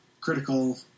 critical